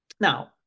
Now